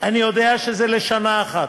אני יודע שזה לשנה אחת,